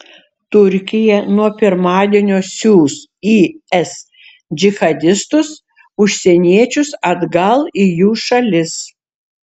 turkija nuo pirmadienio siųs is džihadistus užsieniečius atgal į jų šalis